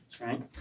right